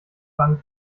bank